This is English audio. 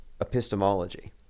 epistemology